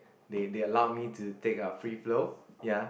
they they allowed me to take a free flow ya